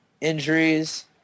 injuries